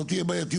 לא תהיה בעייתיות.